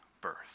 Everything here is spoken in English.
birth